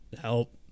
help